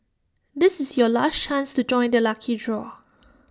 this is your last chance to join the lucky draw